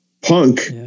punk